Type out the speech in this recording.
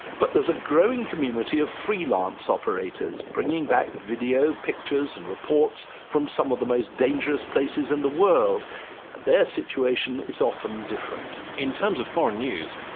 but there's a growing community of freelance operators bringing back video, pictures and reports from some of the most dangerous places in the world, and their situation is often different. in terms of foreign news,